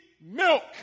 milk